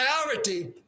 priority